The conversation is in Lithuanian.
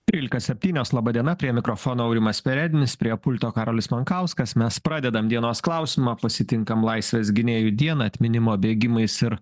trylika septynios laba diena prie mikrofono aurimas perednis prie pulto karolis monkauskas mes pradedam dienos klausimą pasitinkam laisvės gynėjų dieną atminimo bėgimais ir